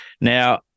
Now